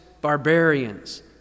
barbarians